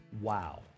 Wow